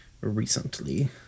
recently